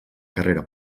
carrera